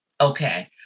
okay